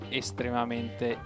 estremamente